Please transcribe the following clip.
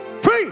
Free